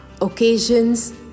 occasions